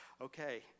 okay